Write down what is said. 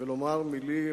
ולומר מלים